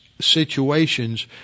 situations